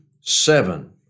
seven